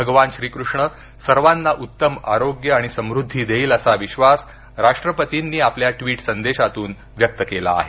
भगवान श्रीकृष्ण सर्वांना उत्तम आरोग्य आणि समृद्धी देईल असा विश्वास राष्ट्रपती नी आपल्या ट्वीट संदेशातून व्यक्त केला आहे